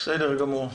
בסדר גמור.